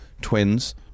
twins